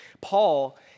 Paul